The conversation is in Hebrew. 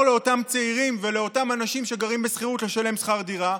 לאותם צעירים ולאותם אנשים שגרים בשכירות לשלם שכר דירה.